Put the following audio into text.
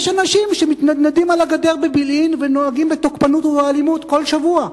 יש אנשים שמתנדנדים על הגדר בבילעין ונוהגים בתוקפנות ובאלימות כל שבוע.